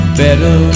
better